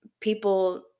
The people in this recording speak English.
people